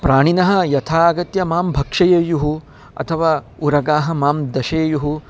प्राणिनः यथा आगत्य मां भक्षयेयुः अथवा उरगाः मां दर्शेयुः